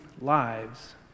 lives